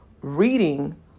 reading